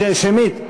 שמית.